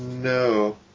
No